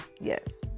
Yes